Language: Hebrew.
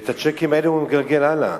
ואת הצ'קים האלה הוא מגלגל הלאה.